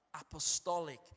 apostolic